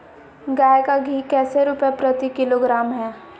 गाय का घी कैसे रुपए प्रति किलोग्राम है?